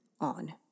on